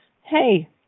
Hey